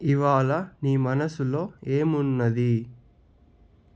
ఇవాళ నీ మనసులో ఏమున్నది